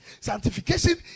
sanctification